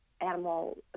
animal